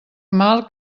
mal